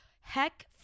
heck